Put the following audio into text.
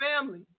family